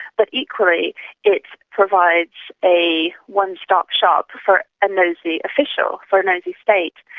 but equally it provides a one-stop shop for a nosy official, for a nosy state.